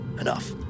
enough